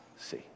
see